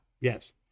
yes